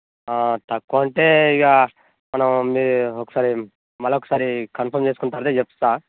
తక్కువ అంటే ఇక మనం మే ఒకసారి మరల ఒకసారి కన్ఫర్మ్ చేసుకుంటాను అంటే చెప్తాను